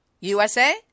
USA